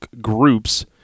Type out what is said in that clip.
groups